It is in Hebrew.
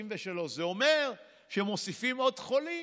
93. זה אומר שמוסיפים עוד חולים.